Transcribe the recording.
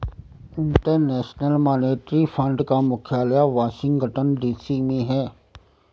international Monetary Fund का मुख्यालय Washington DC में है